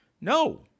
no